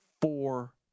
four